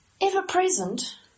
Ever-present